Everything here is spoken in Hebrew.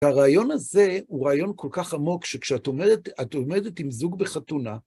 והרעיון הזה הוא רעיון כל כך עמוק שכשאת עומדת עם זוג בחתונה,